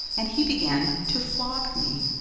and he began to flog me.